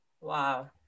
wow